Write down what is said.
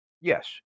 yes